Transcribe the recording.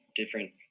different